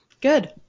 Good